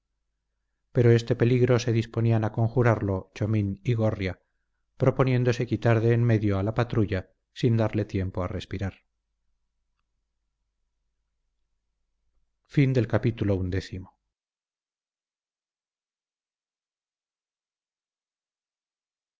pero este peligro se disponían a conjurarlo chomín y gorria proponiéndose quitar de en medio a la patrulla sin darle tiempo a respirar